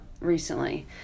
recently